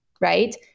right